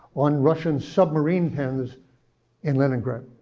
on russian submarine pens in leningrad.